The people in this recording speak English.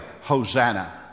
Hosanna